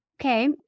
Okay